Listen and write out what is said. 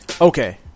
okay